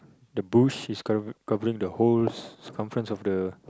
the bush is cover covering the whole circumference of the